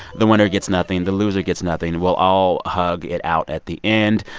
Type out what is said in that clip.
the winner gets nothing. the loser gets nothing. we'll all hug it out at the end.